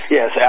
Yes